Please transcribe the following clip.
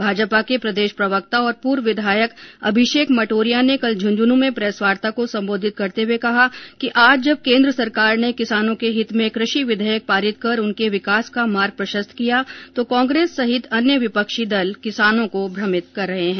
भाजपा के प्रदेश प्रवक्ता और पूर्व विधायक अभिषेक मटोरिया ने कल झुंझन् में प्रेस वार्ता को संबोधित करते हुए कहा कि आज जब केन्द्र सरकार ने किसानों के हित में कृषि विधेयक पारित कर उनके विकास का मार्ग प्रशस्त किया तो कांग्रेस सहित अन्य विपक्षी दल किसानों को भ्रमित कर रहे हैं